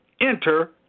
enter